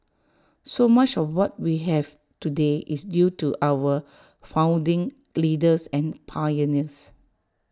so much of what we have today is due to our founding leaders and pioneers